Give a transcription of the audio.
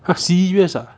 !huh! serious ah